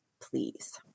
please